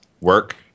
Work